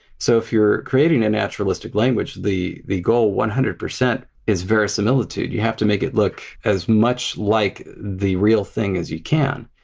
so if you're creating a naturalistic language, the the goal one hundred percent is verisimilitude you have to make it look as much like the real thing as you can.